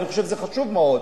וזה חשוב מאוד,